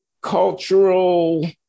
cultural